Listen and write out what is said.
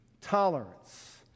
tolerance